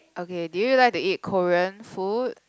okay do you like to eat Korean food